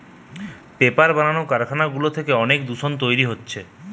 paper বানানো কারখানা গুলা থেকে অনেক দূষণ তৈরী হতিছে